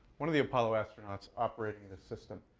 one of the apollo astronauts operating this system.